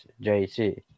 JC